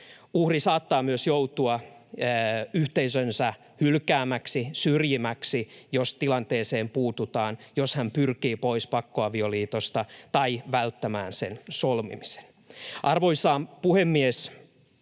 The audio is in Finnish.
Uhri saattaa myös joutua yhteisönsä hylkäämäksi, syrjimäksi, jos tilanteeseen puututaan, jos hän pyrkii pois pakkoavioliitosta tai välttämään sen solmimisen. Arvoisa puhemies!